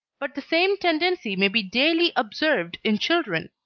but the same tendency may be daily observed in children.